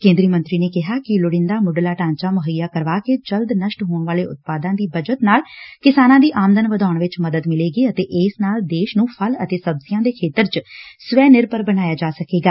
ਕੇਂਦਰੀ ਮੰਤਰੀ ਨੇ ਕਿਹਾ ਕਿ ਲੋਤੀ'ਦਾ ਮੁੱਢਲਾ ਢਾਂਚਾ ਮੁੱਹਈਆ ਕਰਵਾ ਕੇ ਜਲਦ ਨਸ਼ਟ ਹੋਣ ਵਾਲੇ ਉਤਪਾਦਾਂ ਦੀ ਬਚਤ ਨਾਲ ਕਿਸਾਨਾਂ ਦੀ ਆਮਦਨ ਵਧਾਉਣ ਵਿਚ ਮਦਦ ਮਿਲੇਗੀ ਅਤੇ ਇਸ ਨਾਲ ਦੇਸ਼ ਨੂੰ ਫਲ ਅਤੇ ਸਬਜ਼ੀਆਂ ਦੇ ਖੇਤਰ ਚ ਸਵੈ ਨਿਰਭਰ ਬਣਾਇਆ ਜਾ ਸਕੇਗਾ